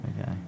Okay